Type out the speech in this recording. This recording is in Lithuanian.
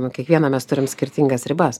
nuo kiekvieno mes turim skirtingas ribas